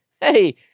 hey